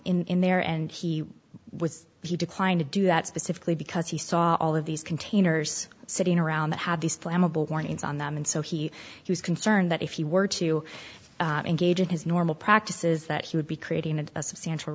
up in there and he was he declined to do that specifically because he saw all of these containers sitting around that have these flammable warnings on them and so he was concerned that if he were to engage in his normal practices that he would be creating a substantial